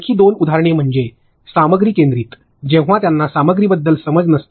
आणखी दोन उदाहरणे म्हणजे सामग्री केंद्रित जेव्हां त्यांना सामग्रीबद्दल समज नसते